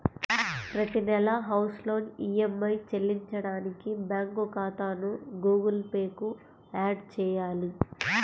ప్రతి నెలా house loan EMI చెల్లించడానికి బ్యాంకు ఖాతాను గుగుల్ పే కు యాడ్ చేయాలి